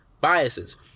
biases